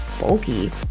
bulky